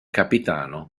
capitano